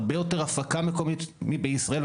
הרבה יותר הפקה מקומית מבישראל,